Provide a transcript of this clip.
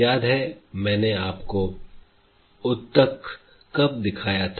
याद है मैंने आपको उत्तक कब दिखाया था